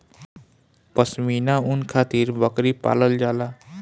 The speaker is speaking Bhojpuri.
पश्मीना ऊन खातिर बकरी पालल जाला